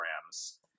programs